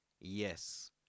Yes